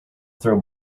throw